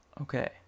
Okay